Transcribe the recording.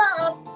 love